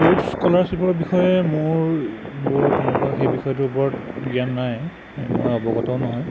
sports স্ক'লাৰশ্বিপৰ বিষয়ে মোৰ বৰ তেনেকুৱা সেই বিষয়টোৰ ওপৰত জ্ঞান নাই মই অৱগতও নহয়